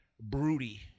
broody